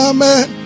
Amen